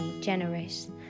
generous